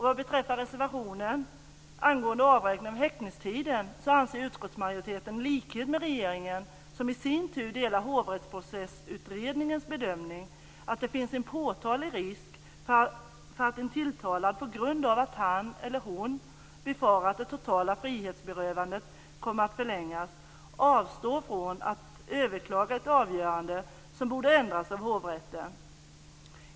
Vad beträffar reservationen om avräkning av häktningstiden anser utskottsmajoriteten i likhet med regeringen, som i sin tur delar Hovrättsprocessutredningens bedömning, att det finns en påtaglig risk att en tilltalad, på grund av att han eller hon befarar att det totala frihetsberövandet kommer att förlängas, avstår från att överklaga ett avgörande som borde ändras av hovrätten.